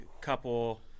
couple